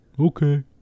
Okay